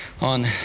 on